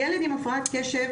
ילד עם הפרעת קשב,